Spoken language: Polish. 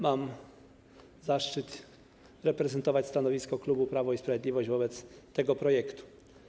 Mam zaszczyt prezentować stanowisko klubu Prawo i Sprawiedliwość wobec tego projektu.